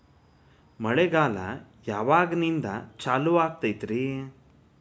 ಮಳೆಗಾಲ ಯಾವಾಗಿನಿಂದ ಚಾಲುವಾಗತೈತರಿ?